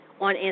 on